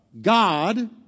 God